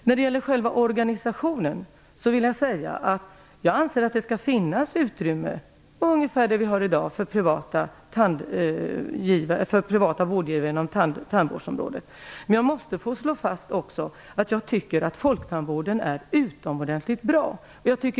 När det gäller själva organisationen vill jag säga att jag anser att det bör finnas utrymme, ungefär som i dag, för privata vårdgivare inom tandvården. Men jag måste också slå fast att folktandvården är utomordentligt bra.